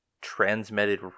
transmitted